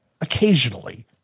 occasionally